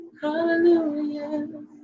hallelujah